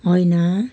होइन